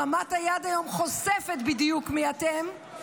הרמת היד היום חושפת בדיוק מי אתם.